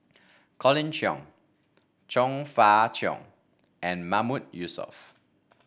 Colin Cheong Chong Fah Cheong and Mahmood Yusof